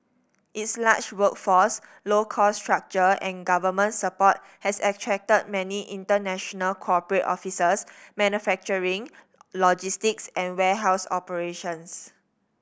its large workforce low cost structure and government support has attracted many international corporate offices manufacturing logistics and warehouse operations